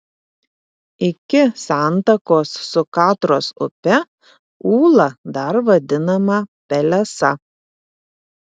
iki santakos su katros upe ūla dar vadinama pelesa